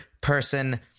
person